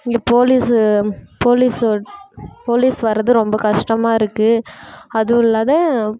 இந்த police police police வர்றது ரொம்ப கஷ்டமாக இருக்கு அதுவும் இல்லாம